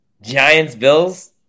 Giants-Bills